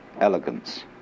Elegance